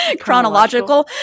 Chronological